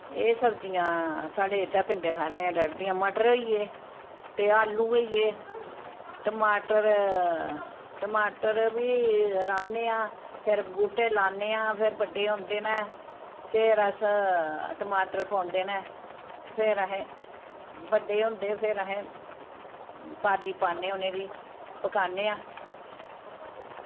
एह् सब्जियां साढ़े इत्थै पिंडें थाह्रें रह्ड़दियां मटर होई गे ते आलू होई गे टमाटर टमाटर बी राह्न्ने आं फिर बूह्टे लान्ने आं फिर बड्डे होंदे न फिर अस टमाटर पौंदे न फिर अस बड्डे होंदे फिर अस पाली पान्नै उ'नेंगी पकाने आं